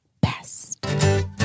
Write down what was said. best